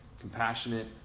compassionate